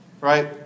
right